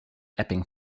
epping